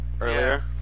earlier